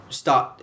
start